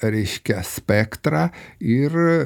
reiškia spektrą ir